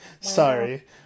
sorry